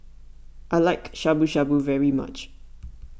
I like Shabu Shabu very much